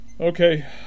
Okay